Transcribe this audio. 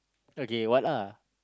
okay what lah